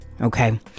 Okay